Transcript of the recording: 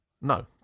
No